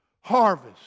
harvest